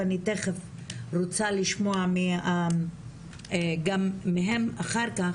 ואני תיכף רוצה לשמוע גם מהם אחר כך,